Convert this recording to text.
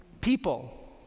people